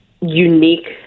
unique